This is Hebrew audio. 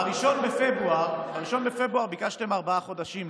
ב-1 בפברואר ביקשתם ארבעה חודשים.